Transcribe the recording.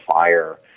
fire